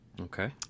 Okay